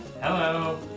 Hello